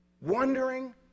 wondering